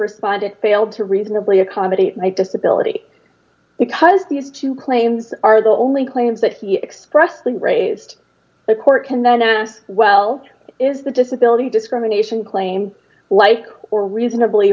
responded failed to reasonably accommodate my disability because these two claims are the only claims that he expressed raised the court can then ask well is the disability discrimination claim like or reasonably